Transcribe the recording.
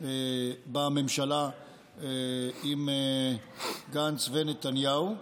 בממשלה עם גנץ ונתניהו,